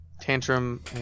Tantrum